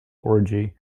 orgy